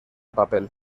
papel